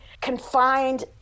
confined